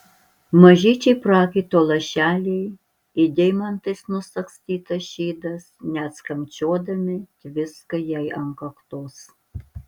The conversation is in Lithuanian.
mažyčiai prakaito lašeliai it deimantais nusagstytas šydas net skambčiodami tviska jai ant kaktos